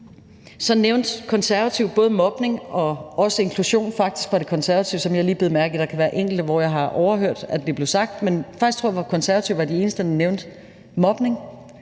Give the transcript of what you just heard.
inklusion, som jeg lige bed mærke i. Der kan være enkelte, hvor jeg har overhørt at det blev sagt, men faktisk tror jeg, at Konservative var de eneste, der nævnte mobning.